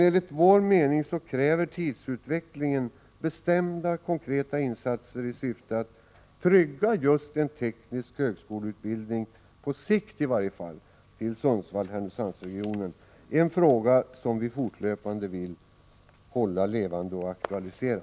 Enligt vår mening kräver tidsutvecklingen bestämda, konkreta insatser i syfte att — i varje fall på sikt — säkra just en teknisk högskoleutbildning i Sundsvall-Härnösand. Det är en fråga som vi fortlöpande vill hålla levande och aktualisera.